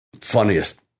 funniest